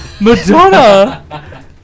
Madonna